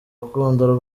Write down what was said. urukundo